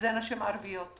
אלה נשים ערביות.